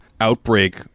outbreak